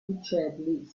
uccelli